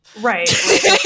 right